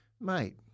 mate